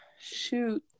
Shoot